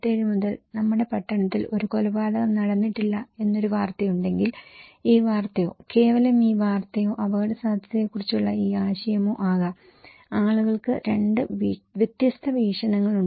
1957 മുതൽ നമ്മുടെ പട്ടണത്തിൽ ഒരു കൊലപാതകം നടന്നിട്ടില്ല എന്നൊരു വാർത്തയുണ്ടെങ്കിൽ ഈ വാർത്തയോ കേവലം ഈ വാർത്തയോ അപകടസാധ്യതയെക്കുറിച്ചുള്ള ഈ ആശയമോ ആകാം ആളുകൾക്ക് രണ്ട് വ്യത്യസ്ത വീക്ഷണങ്ങളുണ്ട്